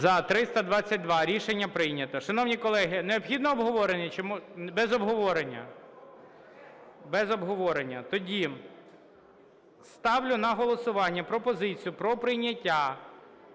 За-322 Рішення прийнято. Шановні колеги, необхідне обговорення чи без обговорення? Без обговорення. Тоді ставлю на голосування пропозицію про прийняття